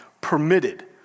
permitted